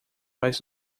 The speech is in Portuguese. mais